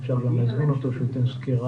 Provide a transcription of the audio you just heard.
אפשר גם להזמין אותו כדי שייתן סקירה.